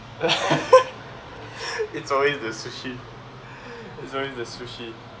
it's always the sushi it's always the sushi